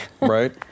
right